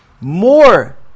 more